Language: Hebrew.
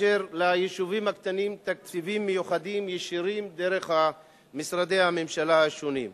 וליישובים הקטנים תקציבים מיוחדים ישירים דרך משרדי הממשלה השונים.